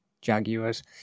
Jaguars